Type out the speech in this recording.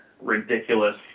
ridiculous